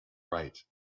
right